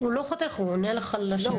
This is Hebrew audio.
הוא לא חותך, הוא עונה לך על השאלות שלך.